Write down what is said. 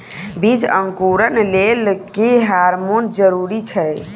बीज अंकुरण लेल केँ हार्मोन जरूरी छै?